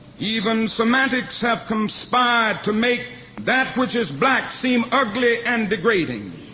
even semantics have conspired to make that which is black seem ugly and degrading.